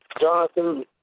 Jonathan